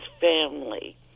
family